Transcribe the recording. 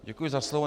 Děkuji za slovo.